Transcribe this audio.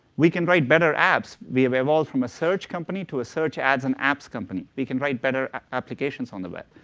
we can write better apps, we have evolved from a search company to a search, ads, and apps company. we can write better applications on the web.